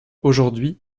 aujourd’hui